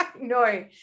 No